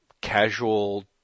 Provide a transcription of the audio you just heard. casual